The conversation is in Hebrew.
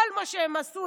כל מה שהם עשו,